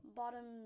bottom